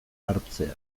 hartzea